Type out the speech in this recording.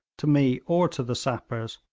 to me, or to the sappers,